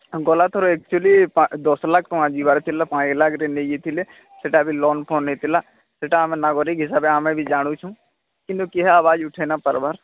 ଗଲା ଥର ଆକ୍ଚୁଆଲି ଦଶ ଲକ୍ଷ ଟଙ୍କା ଯିବାର ଥିଲା ପାଞ୍ଚ ଲକ୍ଷରେ ନେଇ ଯାଇଥିଲେ ସେଇଟା ଏବେ ଲୋନ୍ ଫୋନ୍ ହୋଇଥିଲା ସେଇଟା ମନା କରିକି ସେଇଟା ଆମେ ବି ଜାଣୁଛୁ କିନ୍ତୁ କିଏ ଆବାଜ୍ ଉଠେଇ ନା ପାରିବାର